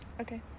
Okay